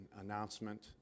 announcement